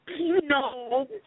No